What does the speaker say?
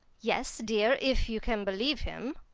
yes, dear, if you can believe him.